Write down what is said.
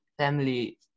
family